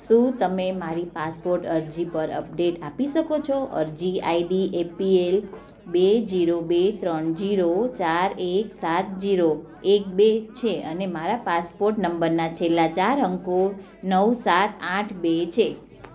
શું તમે મારી પાસપોર્ટ અરજી પર અપડેટ આપી શકો છો અરજી આઈડી એપીએલ બે જીરો બે ત્રણ જીરો ચાર એક સાત જીરો એક બે છે અને મારા પાસપોર્ટ નંબરના છેલ્લા ચાર અંકો નવ સાત આઠ બે છે